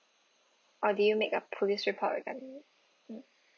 or did you make a police report regarding mm